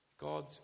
God